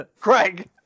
Craig